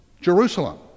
Jerusalem